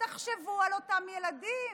תחשבו על אותם ילדים.